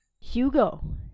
Hugo